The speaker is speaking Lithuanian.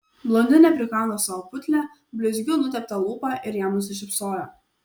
blondinė prikando savo putlią blizgiu nuteptą lūpą ir jam nusišypsojo